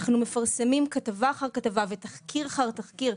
אנחנו מפרסמים כתבה אחר כתבה ותחקיר אחר תחקיר.